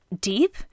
deep